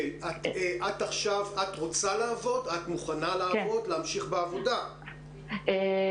את רוצה ומוכנה לעבוד עכשיו?